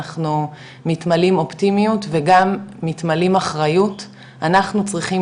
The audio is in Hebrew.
אנחנו מתמלאים אופטימיות וגם מתמלאים אחריות אנחנו צריכים